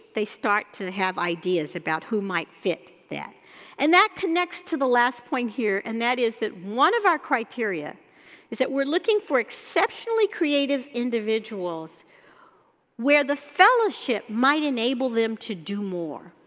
they start to have ideas about who might fit that and that connects to the last point here and that is that one of our criteria is that we're looking for exceptionally creative individuals where the fellowship might enable them to do more.